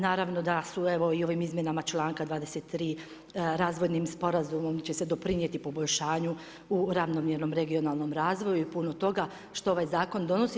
Naravno da su evo i ovim izmjenama članka 23. razvojnim sporazumom će se doprinijeti poboljšanju u ravnomjernom regionalnom razvoju i puno toga što ovaj zakon donosi.